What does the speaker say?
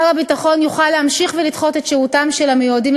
שר הביטחון יוכל להמשיך ולדחות את שירותם של המיועדים